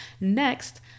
Next